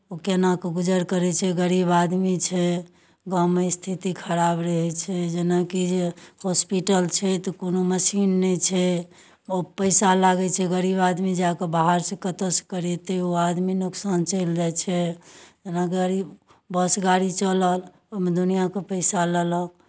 ओ केना कऽ गुजर करै छै गरीब आदमी छै गाँवमे स्थिति खराब रहै छै जेनाकि जे हॉस्पिटल छै तऽ कोनो मशीन नहि छै ओ पैसा लागै छै गरीब आदमी जाए कऽ बाहरसँ कतयसँ करेतै ओ आदमी नोकसान चलि जाइ छै जेना गरीब बस गाड़ी चलल ओहिमे दुनिआँके पैसा लेलक